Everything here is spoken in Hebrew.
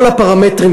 כל הפרמטרים,